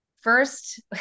first